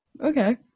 okay